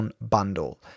bundle